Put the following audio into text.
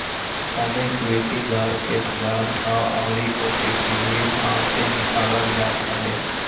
होमे equity घर के बाजार भाव अउरी ओके गिरवी भाव से निकालल जात हवे